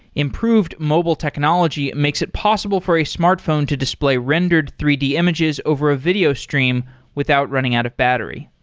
improved mobile technology makes it possible for a smartphone to display rendered three d images over a videostream without running out of battery.